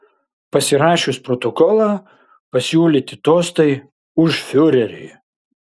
pasirašius protokolą pasiūlyti tostai už fiurerį